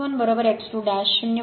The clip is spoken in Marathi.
आणि x 1 x 2 0